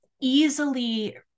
easily